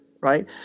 right